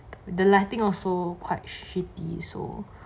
the lighting also quite shitty so